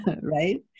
right